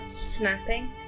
snapping